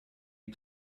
you